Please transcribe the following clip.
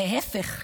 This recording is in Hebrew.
להפך,